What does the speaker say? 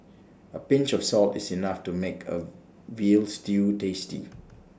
A pinch of salt is enough to make A Veal Stew tasty